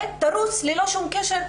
שתתקדם ללא שום קשר לממשלה.